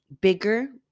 bigger